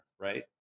right